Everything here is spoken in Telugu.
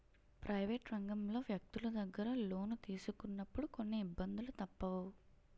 ప్రైవేట్ రంగంలో వ్యక్తులు దగ్గర లోను తీసుకున్నప్పుడు కొన్ని ఇబ్బందులు తప్పవు